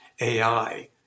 AI